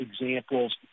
examples